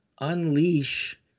unleash